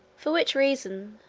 for which reason,